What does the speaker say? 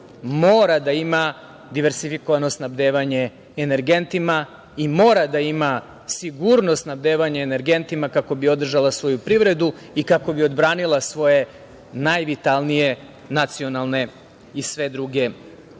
mora da ima diverzifikovano snabdevanje energentima i mora da ima sigurnost snabdevanja energentima, kako bi održala svoju privredu i kako bi odbranila svoje najvitalnije nacionalne i sve druge interese.